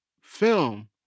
film